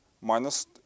minus